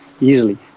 easily